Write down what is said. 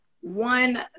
one